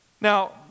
Now